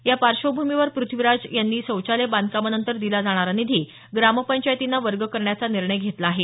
या पार्श्वभूमीवर प्रथ्वीराज यांनी शौचालय बांधकामानंतर दिला जाणारा निधी ग्रामपंचायतींना वर्ग करण्याचा निर्णय घेतला आहे